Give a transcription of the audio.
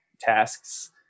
tasks